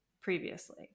previously